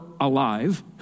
alive